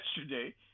yesterday